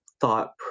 thought